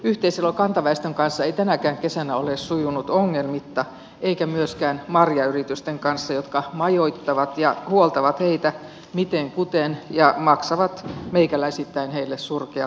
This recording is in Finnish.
yhteiselo kantaväestön kanssa ei tänäkään kesänä ole sujunut ongelmitta eikä myöskään marjayritysten kanssa jotka majoittavat ja huoltavat heitä mitenkuten ja maksavat meikäläisittäin heille surkeaa palkkaa